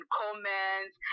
comments